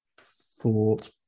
thought